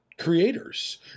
creators